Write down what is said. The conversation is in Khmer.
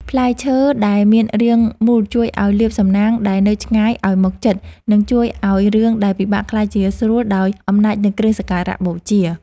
ផ្លែឈើដែលមានរាងមូលជួយឱ្យលាភសំណាងដែលនៅឆ្ងាយឱ្យមកជិត និង ជួយឱ្យរឿងដែលពិបាកក្លាយជាស្រួលដោយអំណាចនៃគ្រឿងសក្ការៈបូជា។